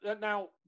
Now